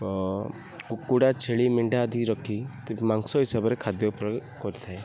କୁକୁଡ଼ା ଛେଳି ମେଣ୍ଢା ଆଦି ରଖି ମାଂସ ହିସାବରେ ଖାଦ୍ୟ କରିଥାଏ